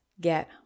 get